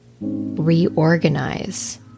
reorganize